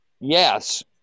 Yes